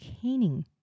caning